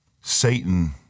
Satan